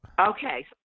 Okay